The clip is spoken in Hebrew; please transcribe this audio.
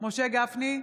משה גפני,